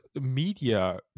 media